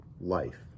life